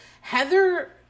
Heather